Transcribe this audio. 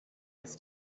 his